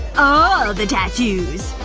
ah the tattoos